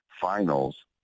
finals